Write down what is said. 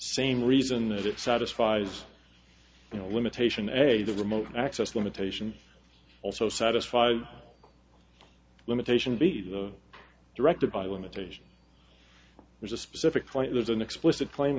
same reason as it satisfies you know limitation a the remote access limitation also satisfied limitation be directed by limitation there's a specific point there's an explicit claim